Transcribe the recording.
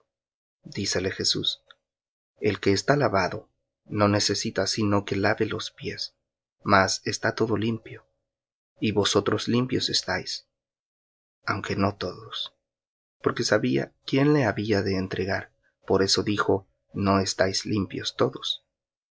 dícele jesús el que está lavado no necesita sino que lave los pies mas está todo limpio y vosotros limpios estáis aunque no todos porque sabía quién le había de entregar por eso dijo no estáis limpios todos